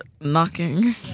knocking